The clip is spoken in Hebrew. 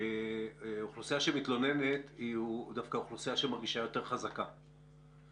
שאוכלוסייה שמתלוננת היא דווקא אוכלוסייה שמרגישה יותר חזקה.